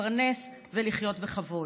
להתפרנס ולחיות בכבוד.